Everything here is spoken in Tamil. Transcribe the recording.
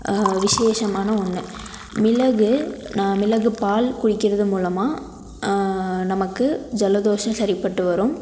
விஷேசமான ஒன்று மிளகு நான் மிளகு பால் குடிக்கிறது மூலமாக நமக்கு ஜலதோஷம் சரிப்பட்டு வரும்